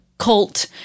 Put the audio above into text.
cult